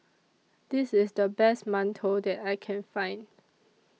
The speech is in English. This IS The Best mantou that I Can Find